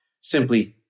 simply